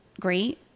great